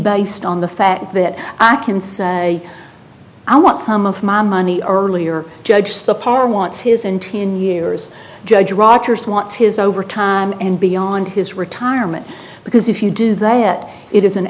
based on the fact that i can say i want some of my money earlier judge the power wants his in ten years judge rogers wants his overtime and beyond his retirement because if you do that it is an